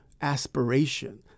aspiration